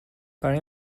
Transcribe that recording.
برای